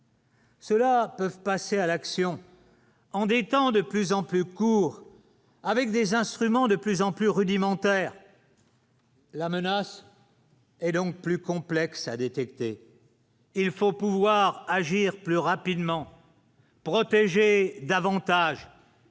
Cela peuvent passer à l'action en étant de plus en plus courts avec des instruments de plus en plus rudimentaire. La menace. Et donc plus complexe à détecter. Il faut pouvoir agir plus rapidement protéger davantage, c'est